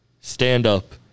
stand-up